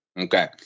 Okay